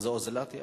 זו אוזלת יד.